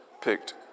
picked